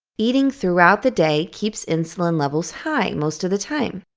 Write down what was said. eating throughout the day keeps insulin levels high most of the time.